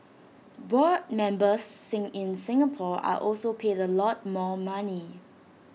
board members in Singapore are also paid A lot more money